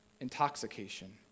Intoxication